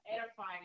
edifying